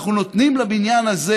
אנחנו נותנים לבניין הזה